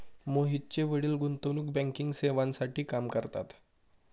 मोहितचे वडील गुंतवणूक बँकिंग सेवांसाठी काम करतात